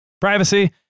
privacy